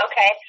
okay